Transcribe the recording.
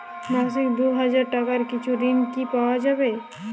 মাসিক দুই হাজার টাকার কিছু ঋণ কি পাওয়া যাবে?